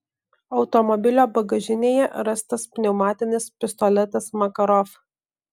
automobilio bagažinėje rastas pneumatinis pistoletas makarov